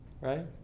Right